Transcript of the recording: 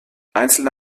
einzelne